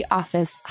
office